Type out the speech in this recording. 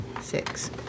six